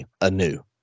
anew